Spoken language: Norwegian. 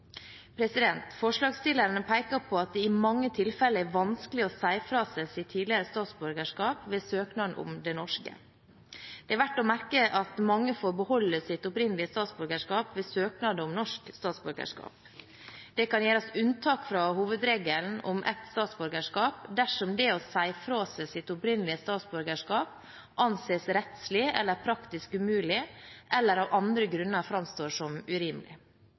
Forslagsstillerne peker på at det i mange tilfeller er vanskelig å si fra seg sitt tidligere statsborgerskap ved søknad om det norske. Det er verdt å merke at mange får beholde sitt opprinnelige statsborgerskap ved søknad om norsk statsborgerskap. Det kan gjøres unntak fra hovedregelen om ett statsborgerskap dersom det å si fra seg sitt opprinnelige statsborgerskap anses rettslig eller praktisk umulig, eller av andre grunner framstår som urimelig.